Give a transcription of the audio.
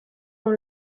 dans